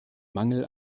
mangel